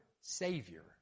savior